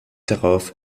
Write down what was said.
darauf